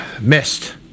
missed